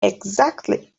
exactly